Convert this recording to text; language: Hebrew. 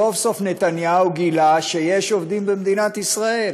סוף-סוף נתניהו גילה שיש עובדים במדינת ישראל.